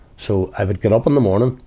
so, i would get up in the morning,